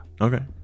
Okay